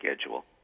schedule